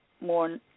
more